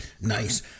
nice